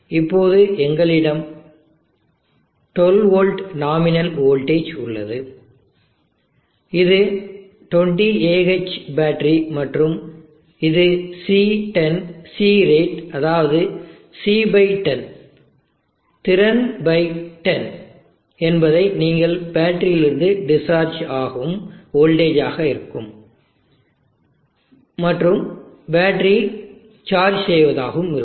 இப்போது எங்களிடம் 12 volt nominal voltage உள்ளது இது 20Ah பேட்டரி மற்றும் இது C10 C ரேட் அதாவது C10 திறன்10 capacity10 என்பது நீங்கள் பேட்டரியிலிருந்து டிஸ்சார்ஜ் ஆகும் வோல்டேஜ் ஆக இருக்கும் மற்றும் பேட்டரி சார்ஜ் செய்வதாகவும் இருக்கும்